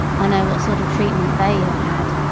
i know what sort of treatment they have had.